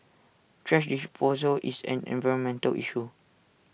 thrash disposal is an environmental issue